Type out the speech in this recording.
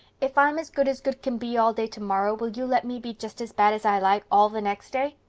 if i'm as good as good can be all day tomorrow will you let me be just as bad as i like all the next day?